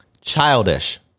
Childish